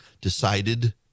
decided